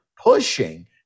pushing